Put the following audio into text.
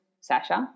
Sasha